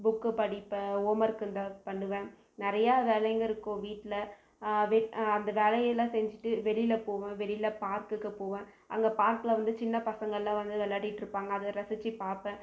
book படிப்பேன் homework இருந்தால் பண்ணுவேன் நிறையா வேலைங்க இருக்கும் வீட்டில் அந்த வேலையெல்லாம் செஞ்சுட்டு வெளியில் போவேன் வெளியில் பார்க்குக்கு போவேன் அங்கே பார்க்கில் வந்து சின்ன பசங்கள்லாம் வந்து விளையாடிகிட்டு இருப்பாங்க அதை பார்த்து ரசிச்சு பார்ப்பேன்